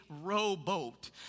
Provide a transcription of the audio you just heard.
rowboat